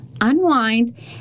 unwind